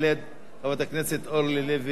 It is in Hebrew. חברת הכנסת אורלי לוי אבקסיס.